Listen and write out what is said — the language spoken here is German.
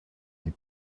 die